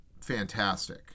fantastic